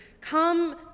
come